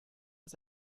ist